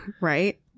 Right